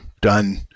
done